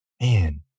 man